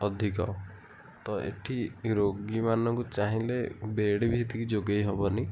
ଅଧିକ ତ ଏଠି ରୋଗୀମାନଙ୍କୁ ଚାହିଁଲେ ବେଡ଼୍ ବି ସେତିକି ଯୋଗାଇ ହେବନି